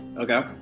Okay